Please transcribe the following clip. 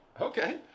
Okay